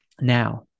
Now